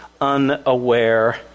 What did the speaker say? unaware